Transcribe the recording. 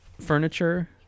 furniture